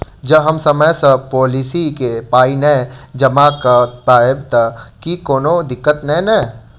जँ हम समय सअ पोलिसी केँ पाई नै जमा कऽ पायब तऽ की कोनो दिक्कत नै नै?